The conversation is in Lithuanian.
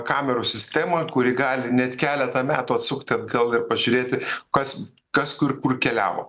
kamerų sistemą kuri gali net keletą metų atsukti atgal ir pažiūrėti kas kas kur kur keliavo